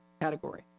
category